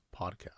podcast